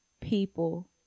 people